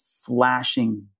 flashing